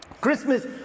Christmas